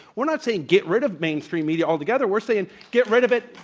we're not saying get rid of mainstream media altogether, we're saying, get rid of it,